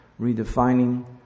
redefining